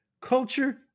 Culture